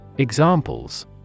Examples